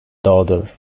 daughter